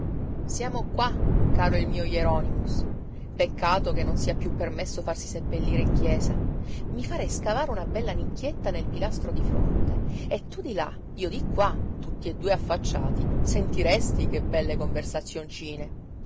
siamo qua caro il mio hieronymus peccato che non sia piú permesso farsi seppellire in chiesa i farei scavare una bella nicchietta nel pilastro di fronte e tu di là io di qua tutti e due affacciati sentiresti che belle conversazioncine